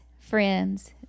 friends